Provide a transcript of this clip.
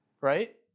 Right